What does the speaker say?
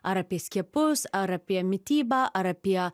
ar apie skiepus ar apie mitybą ar apie